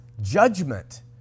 judgment